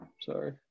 Sorry